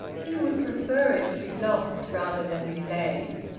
he would prefer it to be lost rather than delayed.